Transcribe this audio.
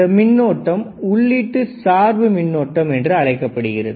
இந்த மின்னோட்டம் உள்ளீட்டு சார்பு மின்னோட்டம் என்று அழைக்கப்படுகிறது